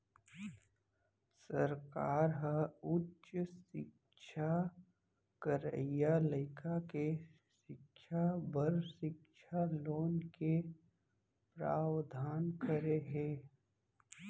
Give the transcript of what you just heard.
सरकार ह उच्च सिक्छा करइया लइका के सिक्छा बर सिक्छा लोन के प्रावधान करे हे